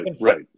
right